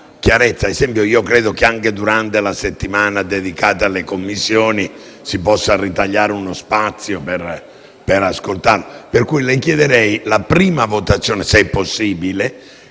chiarezza. Ad esempio, io credo che anche durante la settimana dedicata alle Commissioni si possa ritagliare uno spazio per ascoltare, per cui le chiederei che la prima votazione, se possibile,